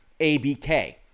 abk